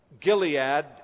Gilead